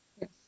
Yes